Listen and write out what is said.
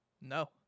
No